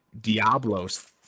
diablos